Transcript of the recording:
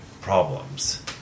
problems